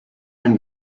einen